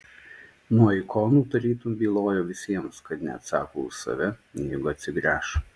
nuo ikonų tarytum bylojo visiems kad neatsako už save jeigu atsigręš